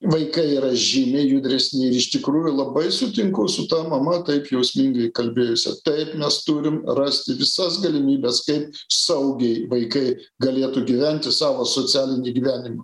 vaikai yra žymiai judresni ir iš tikrųjų labai sutinku su ta mama taip jausmingai kalbėjusia taip mes turim rasti visas galimybes kaip saugiai vaikai galėtų gyventi savo socialinį gyvenimą